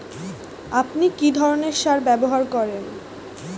আপনি কী ধরনের সার ব্যবহার করেন?